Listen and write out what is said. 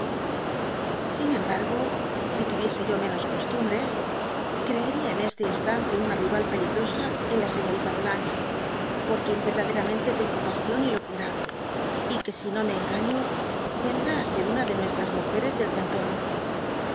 causasin embargo si tuviese yo menos costumbres dby google creeria en este instante tma rival peligrosa en la señorita volanges por quien verdaderamente tengo pasión y locura y que si no me engaño vendrá á ser una de nuestras múgeres del gran